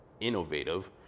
innovative